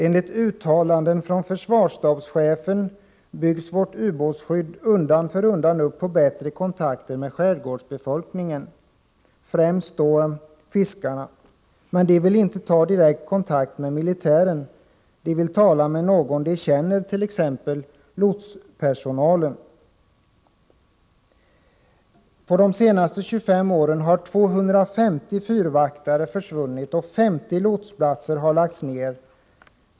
Enligt uttalande från försvarsstabschefen byggs vårt ubåtsskydd undan för undan upp på bättre kontakter med skärgårdsbefolkningen, främst fiskarna. Men dessa vill inte ta direkt kontakt med militären, utan de vill tala med någon de känner, t.ex. lotsplatspersonalen. På de senaste 25 åren har 250 fyrvaktare försvunnit och 50 lotsplatser lagts ned.